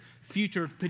future